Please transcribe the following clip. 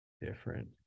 different